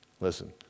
Listen